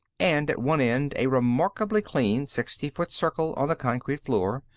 and at one end, a remarkably clean sixty-foot circle on the concrete floor,